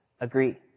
agree